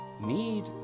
need